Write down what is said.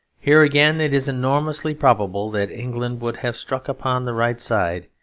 here again, it is enormously probable that england would have struck upon the right side,